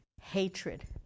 Hatred